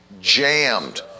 jammed